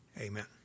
amen